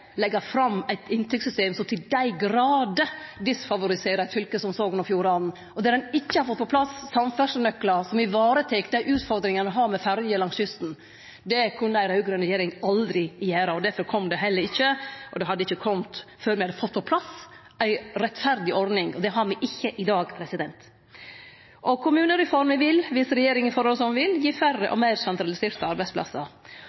fram eit inntektssystem som til dei grader disfavoriserer eit fylke som Sogn og Fjordane, og der ein ikkje har fått på plass samferdslesnøklar som varetek dei utfordringane me har med ferje langs kysten. Det kunne ei raud-grøn regjering aldri gjere. Derfor kom det heller ikkje. Det hadde ikkje kome før me hadde fått på plass ei rettferdig ordning. Det har me ikkje i dag. Kommunereforma vil, om regjeringa får det som ho vil, gi færre